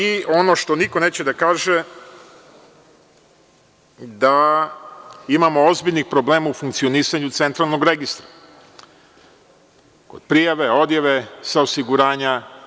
I, ono što niko neće da kaže, jeste da imamo ozbiljnih problema u funkcionisanju centralnog registra, prijave, odjave, osiguranja.